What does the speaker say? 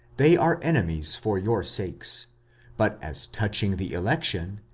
they are enemies for your sakes but as touching the election,